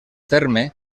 terme